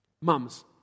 Mums